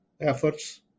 efforts